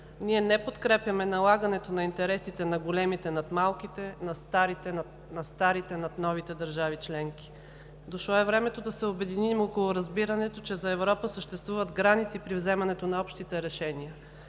Ние не подкрепяме налагането на интересите на големите над малките, на старите над новите държави членки. Дошло е времето да се обединим около разбирането, че за Европа съществуват граници при вземането на общите решения.